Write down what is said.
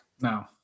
No